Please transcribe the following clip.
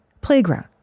Playground